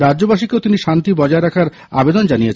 রাজ্যবাসীকেও তিনি শান্তি বজায় রাখার আবেদন জানিয়েছেন